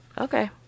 Okay